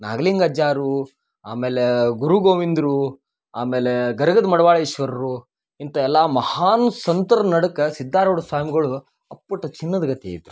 ನಾಗ್ಲಿಂಗ ಅಜ್ಜಾರು ಆಮೇಲೇ ಗುರು ಗೋವಿಂದರು ಆಮೇಲೆ ಗದಗದ ಮಡವಾಳೀಶ್ವರರು ಇಂಥ ಎಲ್ಲ ಮಹಾನ್ ಸಂತರು ನಡಕ ಸಿದ್ಧಾರೂಢ ಸ್ವಾಮಿಗಳು ಅಪ್ಪಟ ಚಿನ್ನದ ಗತ್ತೆ ಇದ್ದರು